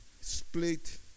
split